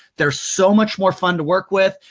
they're so much more fun to work with.